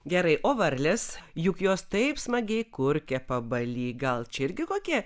gerai o varlės juk jos taip smagiai kurkia pabaly gal čia irgi kokie